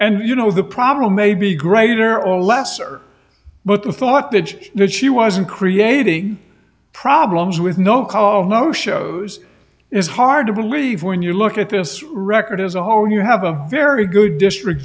and you know the problem may be greater or lesser but the thought that she that she wasn't creating problems with no call no shows is hard to believe when you look at this record as a whole when you have a very good district